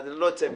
לא אצא מזה.